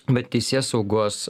bet teisėsaugos